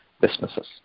businesses